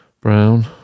Brown